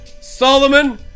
Solomon